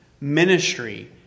ministry